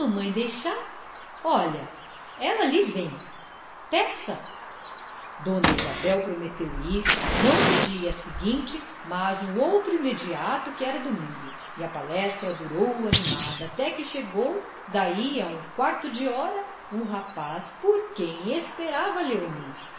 mamãe deixar olha ela ai vem peça dona isabel prometeu ir não no dia seguinte mas no outro imediato que era domingo e a palestra durou animada até que chegou daí a um quarto de hora o rapaz por quem esperava léonie